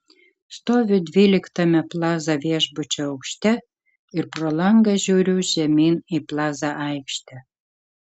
stoviu dvyliktame plaza viešbučio aukšte ir pro langą žiūriu žemyn į plaza aikštę